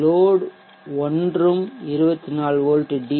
load ஒன்றும் 24 volt D